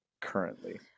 currently